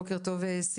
בוקר טוב סיגל.